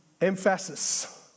emphasis